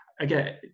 Again